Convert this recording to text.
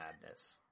Madness